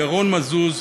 ירון מזוז,